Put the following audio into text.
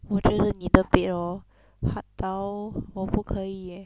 我觉得你的 bed hor hard 到我不可以 eh